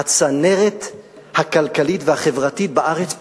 הצנרת הכלכלית והחברתית בארץ פתוחה.